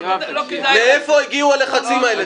מאיפה הגיעו הלחצים האלה?